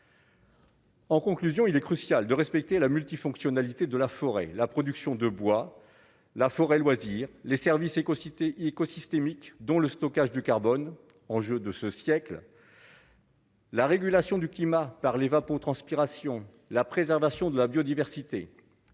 En conclusion, il est crucial de respecter la multifonctionnalité de la forêt, la production de bois la forêt loisir, les services écocité écosystémique dont le stockage du carbone, enjeux de ce siècle. La régulation du climat par l'évapotranspiration, la préservation de la biodiversité,